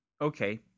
Okay